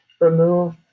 remove